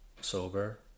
sober